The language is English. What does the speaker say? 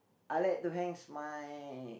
I like the hangs my